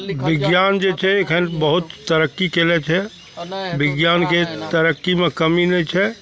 विज्ञान जे छै एखन बहुत तरक्की कएने छै विज्ञानके तरक्कीमे कमी नहि छै